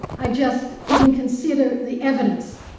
i just didn't consider the evidence.